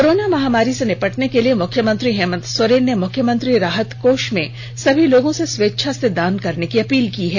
corona महामारी से निपटने के लिए मुख्यमंत्री हेमंत सोरेन ने मुख्यमंत्री राहत कोष में सभी लोगों से स्वेच्छा से दान करने की अपील की है